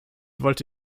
wollte